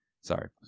Sorry